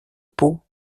pau